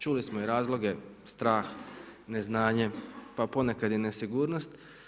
Čuli smo i razloge strah, neznanje, pa ponekad i nesigurnost.